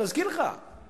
להזכיר לך,